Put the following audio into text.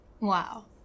wow